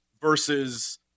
versus